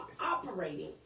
operating